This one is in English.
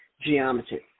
geometry